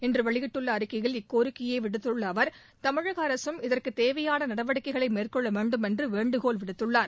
இன்று வெளியிட்டுள்ள அறிக்கையில் இக்கோரிக்கையை விடுத்துள்ள அவர் தமிழக அரசும் இதற்கு தேவையான நடவடிக்கைகளை மேற்கொள்ள வேண்டும் என்று வேண்டுகோள் விடுத்துள்ளார்